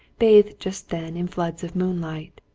bathed just then in floods of moonlight.